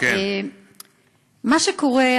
מה שקורה,